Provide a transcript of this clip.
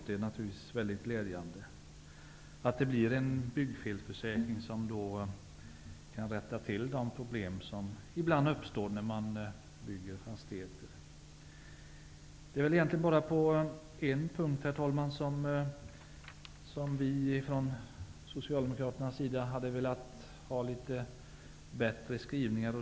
Det är naturligtvis mycket glädjande att det blir en byggfelsförsäkring som kan rätta till de problem som ibland uppstår när man bygger fastigheter. Det är egentligen bara på en punkt, herr talman, som vi socialdemokrater hade velat ha litet bättre skrivningar.